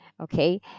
okay